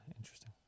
interesting